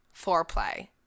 foreplay